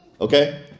Okay